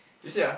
you see ah